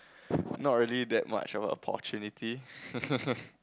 not really that much of opportunity